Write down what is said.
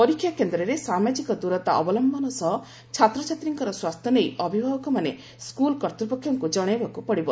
ପରୀକ୍ଷାକେନ୍ଦ୍ରରେ ସାମାଜିକ ଦୂରତା ଅବଲମ୍ବନ ସହ ଛାତ୍ରଛାତ୍ରୀଙ୍କର ସ୍ୱାସ୍ଥ୍ୟ ନେଇ ଅଭିଭାବକମାନେ ସ୍କୁଲ୍ କର୍ତ୍ତୃପକ୍ଷଙ୍କୁ ଜଣାଇବାକୁ ପଡ଼ିବ